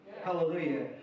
Hallelujah